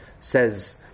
says